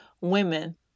women